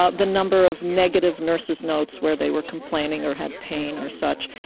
ah the number of negative nurse's notes where they were complaining or had pain or such,